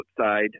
outside